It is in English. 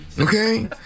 okay